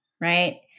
right